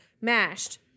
mashed